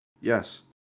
Yes